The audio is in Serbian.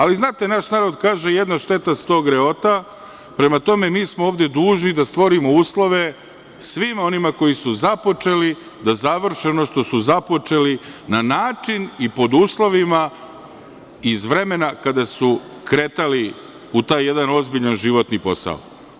Ali, znate, naš narod kaže – jedna šteta, sto greota, prema tome mi smo ovde dužni da stvorim uslove svima onima koji su započeli, da završe ono što su započeli na način i pod uslovima iz vremena kada su kretali u taj jedan ozbiljan životni posao.